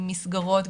עם מסגרות,